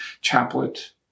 Chaplet